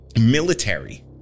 military